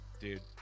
Dude